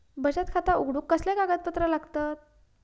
बचत खाता उघडूक कसले कागदपत्र लागतत?